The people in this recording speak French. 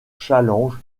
challenge